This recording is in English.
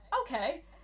okay